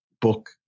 book